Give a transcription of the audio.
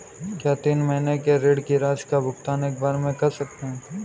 क्या तीन महीने के ऋण की राशि का भुगतान एक बार में कर सकते हैं?